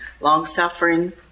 long-suffering